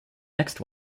next